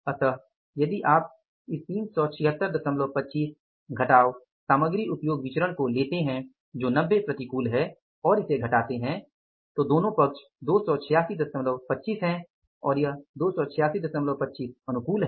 इसलिए यदि आप इस 37625 घटाव सामग्री उपयोग विचरण को लेते हैं जो 90 प्रतिकूल है और इसे घटाते हैं और दोनों पक्ष 28625 हैं और यह 28625 अनुकूल है